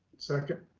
second.